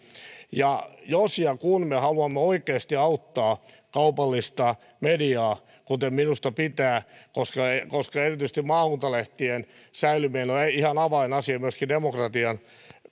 jos ja kun me haluamme oikeasti auttaa kaupallista mediaa kuten minusta pitää koska erityisesti maakuntalehtien säilyminen on ihan avainasia myöskin demokratian